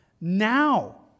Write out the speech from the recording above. now